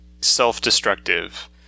self-destructive